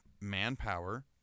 manpower